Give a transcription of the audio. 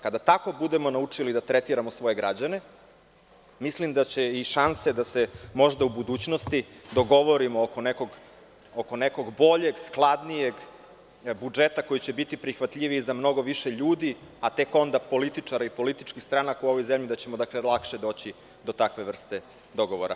Kada tako budemo naučili da tretiramo svoje građane, mislim da će i šanse da se možda u budućnosti dogovorimo oko nekog boljeg, skladnijeg budžeta, koji će biti prihvatljiviji za mnogo više ljudi, a tek onda političare i političke stranke u ovoj zemlji, da ćemo lakše doći do takve vrste dogovora.